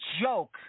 joke